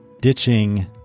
ditching